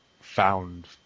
found